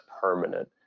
permanent